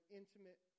intimate